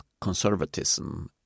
conservatism